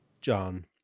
John